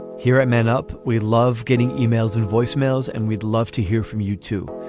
here it man up. we love getting emails and voicemails and we'd love to hear from you too.